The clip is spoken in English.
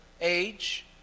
age